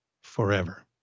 forever